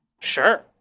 Sure